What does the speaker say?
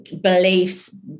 beliefs